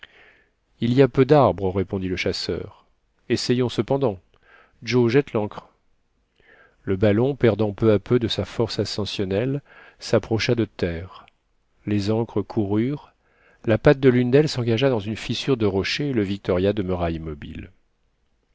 il y a peu d'arbres répondit le chasseur essayons cependant joe jette les ancres le ballon perdant peu à peu de sa force ascensionnelle s'approcha de terre les ancres coururent la patte de l'une d'elles s'engagea dans une fissure de rocher et le victoria demeura immobile